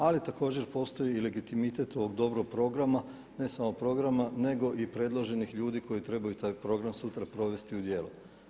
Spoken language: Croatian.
Ali također postoji i legitimitet ovog dobrog programa, ne samo programa nego i predloženih ljudi koji trebaju taj program sutra provesti u djelo.